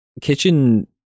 kitchen